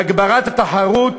להגברת התחרות